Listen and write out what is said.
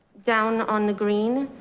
down on the green.